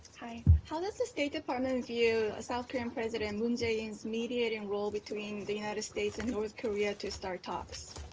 hi. how does the state department view south korean president moon jae-in's mediating role between the united states and north korea to start talks?